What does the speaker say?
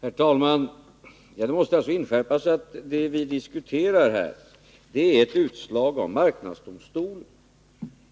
Herr talman! Det måste inskärpas att det vi här diskuterar är ett utslag av marknadsdomstolen,